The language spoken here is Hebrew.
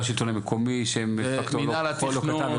לא השלטון המקומי שהם פקטור לא קטן,